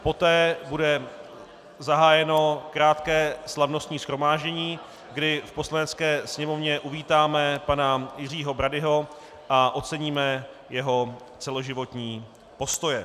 Poté bude zahájeno krátké slavnostní shromáždění, kdy v Poslanecké sněmovně uvítáme pana Jiřího Bradyho a oceníme jeho celoživotní postoje.